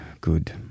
good